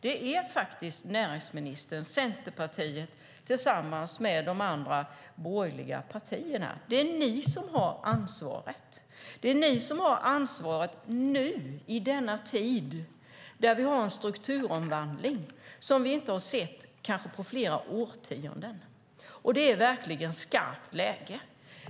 Det är faktiskt näringsministern och Centerpartiet tillsammans med de andra borgerliga partierna som har ansvaret. Det är ni som har ansvaret nu i denna tid när vi har en strukturomvandling som vi inte har sett kanske på flera årtionden. Och det är verkligen skarpt läge.